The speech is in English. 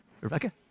Rebecca